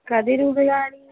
कति रूप्यकाणि